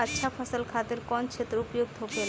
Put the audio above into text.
अच्छा फसल खातिर कौन क्षेत्र उपयुक्त होखेला?